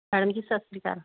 madam ji ਸਤਿ ਸ਼੍ਰੀ ਅਕਾਲ